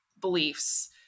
beliefs